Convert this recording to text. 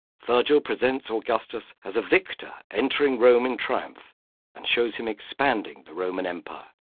virgil presents augustus as a victor, entering rome in triumph and shows him expanding the roman empire.